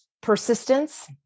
persistence